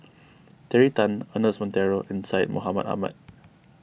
Terry Tan Ernest Monteiro and Syed Mohamed Ahmed